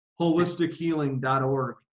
holistichealing.org